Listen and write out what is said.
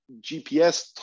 GPS